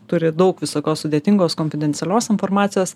turi daug visokios sudėtingos konfidencialios informacijos